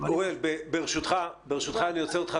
אל על, וכל החברות הישראליות מידית,